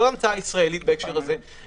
זו לא המצאה ישראלית בהקשר הזה.